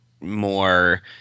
more